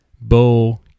Bo